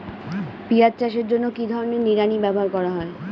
পিঁয়াজ চাষের জন্য কি ধরনের নিড়ানি ব্যবহার করা হয়?